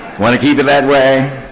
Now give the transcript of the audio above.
want to keep it that way.